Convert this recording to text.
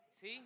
See